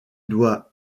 doit